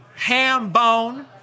Hambone